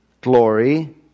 glory